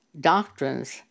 doctrines